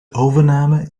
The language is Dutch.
overname